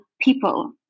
people